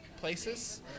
places